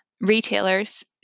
Retailers